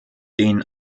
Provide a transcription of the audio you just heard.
denen